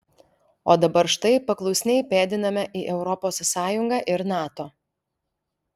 o dabar štai paklusniai pėdiname į europos sąjungą ir nato